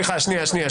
סליחה, שנייה.